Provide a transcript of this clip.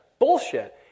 bullshit